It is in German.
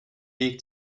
weg